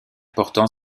portant